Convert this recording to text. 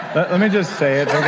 but let me just say